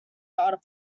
data